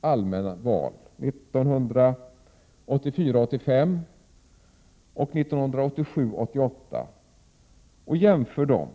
allmänna val, 1984 88, och jämföra dem.